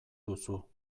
duzu